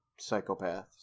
psychopaths